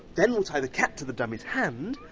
then we'll tie the cat to the dummy's hand.